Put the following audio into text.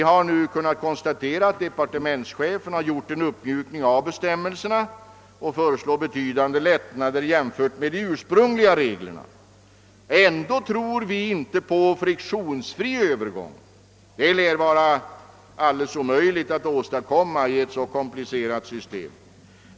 Vi har nu kunnat konstatera att departementschefen gjort en uppmjukning av bestämmelserna och att han föreslår betydande lättnader i jämförelse med de ursprungliga reglerna. Ändå tror vi inte på en friktionsfri övergång; det lär vara alldeles omöjligt att åstadkomma i ett så komplcerat system.